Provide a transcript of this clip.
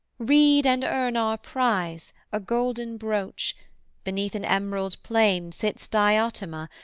read and earn our prize, a golden brooch beneath an emerald plane sits diotima,